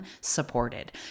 supported